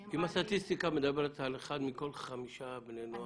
היא אמרה לי --- אם הסטטיסטיקה מדברת על אחד מכל חמישה בני נוער